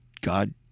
God